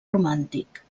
romàntic